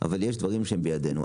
אבל יש דברים שהם בידינו,